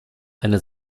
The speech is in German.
eine